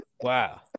Wow